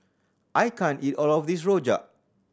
I can't eat all of this rojak